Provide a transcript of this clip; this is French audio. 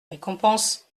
récompense